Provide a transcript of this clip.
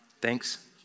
Thanks